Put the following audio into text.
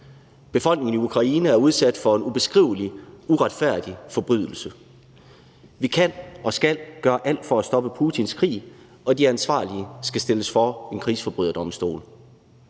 Befolkningen i Ukraine er udsat for en ubeskrivelig uretfærdig forbrydelse. Vi kan og skal gøre alt for at stoppe Putins krig, og de ansvarlige skal stilles for en krigsforbryderdomstol.